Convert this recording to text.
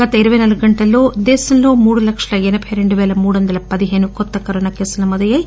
గత ఇరపై నాలుగు గంటల్లో దేశంలో మూడు లక్షల ఎనబై రెండు పేల మూడు వందల పదిహేను కొత్త కరోనా కేసులు నమోదయ్యాయి